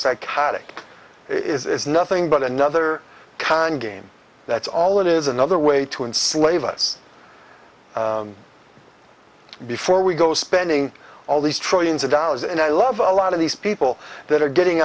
psychopathic is nothing but another kind game that's all it is another way to enslave us before we go spending all these trillions of dollars and i love a lot of these people that are getting